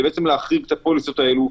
זה להחריג את הפוליסות האלה,